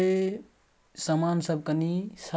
तऽ अहाँके औडर वापस भऽ जायत